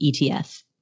ETF